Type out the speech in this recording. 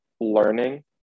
learning